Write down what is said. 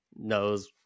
knows